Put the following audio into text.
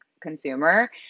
consumer